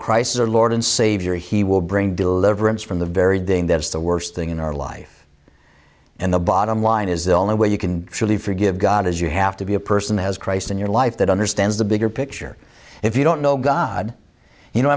or lord and savior he will bring deliverance from the very day that's the worst thing in our life and the bottom line is the only way you can truly forgive god is you have to be a person has christ in your life that understands the bigger picture if you don't know god you